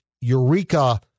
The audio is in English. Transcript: eureka